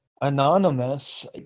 anonymous